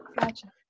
Gotcha